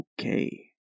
Okay